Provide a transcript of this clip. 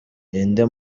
ninde